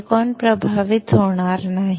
silicon प्रभावित होणार नाही